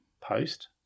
post